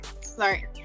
Sorry